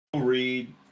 Read